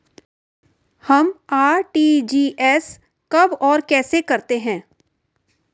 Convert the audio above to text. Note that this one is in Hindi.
हम आर.टी.जी.एस कब और कैसे करते हैं?